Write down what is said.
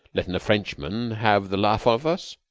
letting a frenchman have the laugh of us.